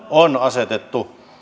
on asetettu